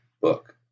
book